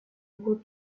voix